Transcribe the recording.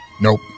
Nope